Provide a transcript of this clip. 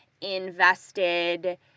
invested